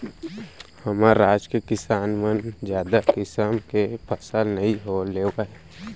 हमर राज के किसान मन जादा किसम के फसल नइ लेवय